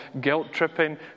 guilt-tripping